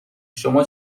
شما